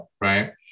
right